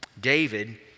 David